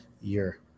year